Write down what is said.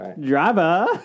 Driver